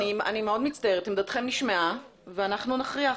עמדתכם נשמעה ואנחנו נכריע.